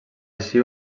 així